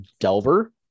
Delver